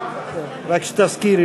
הסתייגות